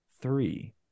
three